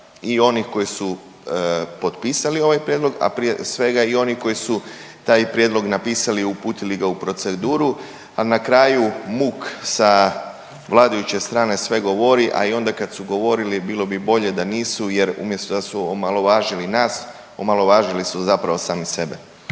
i onih koji su potpisali ovaj prijedlog, a prije svega i oni koji su taj prijedlog napisali i uputili ga u proceduru, a na kraju muk sa vladajuće strane sve govori, a i onda kad su govorili, bilo bi bolje da nisu jer umjesto da su omalovažili nas, omalovažili su zapravo sami sebe.